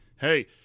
Hey